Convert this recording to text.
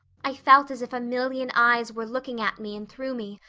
i felt as if a million eyes were looking at me and through me,